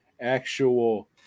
actual